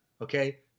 Okay